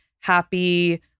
happy